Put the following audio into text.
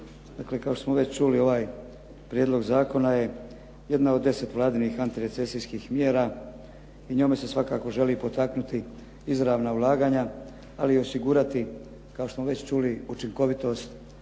Dakle, kao što smo već čuli, ovaj prijedlog zakona je jedna od 10 vladinih antirecesijskih mjera i njome se svakako želi potaknuti izravna ulaganja, ali i osigurati kao što smo već čuli učinkovitost